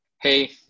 Hey